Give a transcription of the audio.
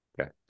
Okay